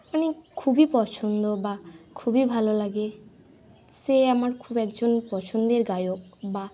আমি খুবই পছন্দ বা খুবই ভালো লাগে সে আমার খুব একজন পছন্দের গায়ক বা